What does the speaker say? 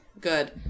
Good